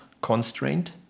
constraint